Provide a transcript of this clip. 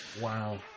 Wow